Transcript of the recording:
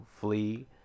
flee